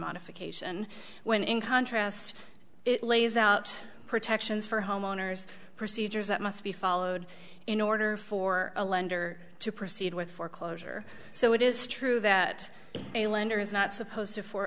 modification when in contrast it lays out protections for homeowners procedures that must be followed in order for a lender to proceed with foreclosure so it is true that a lender is not supposed